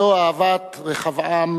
זו אהבת רחבעם,